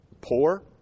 poor